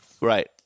Right